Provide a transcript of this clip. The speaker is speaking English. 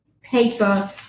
paper